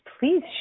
please